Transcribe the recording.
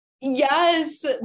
yes